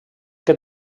que